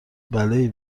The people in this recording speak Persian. بلایی